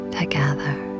together